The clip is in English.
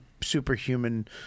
superhuman